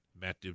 Matt